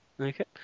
Okay